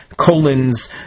colons